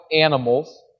animals